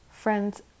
Friends